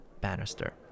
Bannister